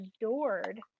adored